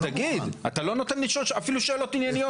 אתה לא נותן לשאול אפילו שאלות ענייניות.